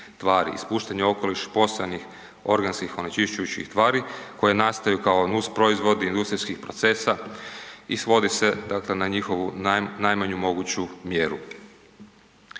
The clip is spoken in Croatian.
ispuštanje u okoliš postojanih organskih onečišćujućih tvari koje nastaju kao nusproizvodi industrijskih procesa i svodi se na njihovu najmanju moguću mjeru.